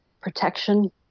protection